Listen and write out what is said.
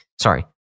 Sorry